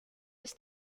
ist